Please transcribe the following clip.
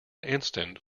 instant